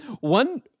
One